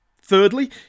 Thirdly